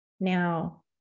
now